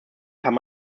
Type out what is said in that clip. kann